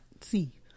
see